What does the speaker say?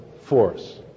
force